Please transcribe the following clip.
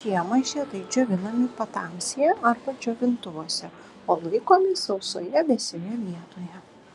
žiemai žiedai džiovinami patamsyje arba džiovintuvuose o laikomi sausoje vėsioje vietoje